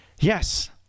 Yes